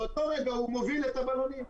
באותו רגע הוא מוביל את הבלונים.